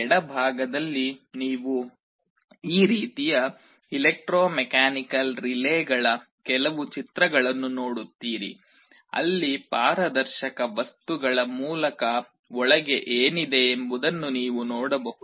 ಎಡಭಾಗದಲ್ಲಿ ನೀವು ಈ ರೀತಿಯ ಎಲೆಕ್ಟ್ರೋಮೆಕಾನಿಕಲ್ ರಿಲೇಗಳ ಕೆಲವು ಚಿತ್ರಗಳನ್ನು ನೋಡುತ್ತೀರಿ ಅಲ್ಲಿ ಪಾರದರ್ಶಕ ವಸ್ತುಗಳ ಮೂಲಕ ಒಳಗೆ ಏನಿದೆ ಎಂಬುದನ್ನು ನೀವು ನೋಡಬಹುದು